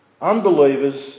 Unbelievers